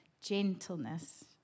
gentleness